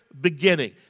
beginning